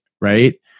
right